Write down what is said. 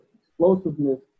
explosiveness –